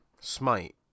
Smite